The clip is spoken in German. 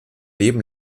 leben